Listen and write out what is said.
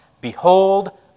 Behold